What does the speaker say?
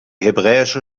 hebräische